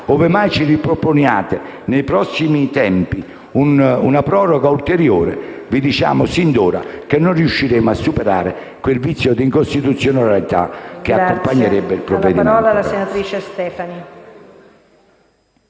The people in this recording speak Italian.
ove mai ci riproporrete nei prossimi tempi una proroga ulteriore, vi diciamo sin d'ora che non riusciremo a superare quel vizio di incostituzionalità che accompagnerebbe il provvedimento.